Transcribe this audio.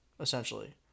essentially